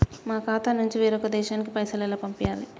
మా ఖాతా నుంచి వేరొక దేశానికి పైసలు ఎలా పంపియ్యాలి?